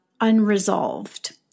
unresolved